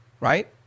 right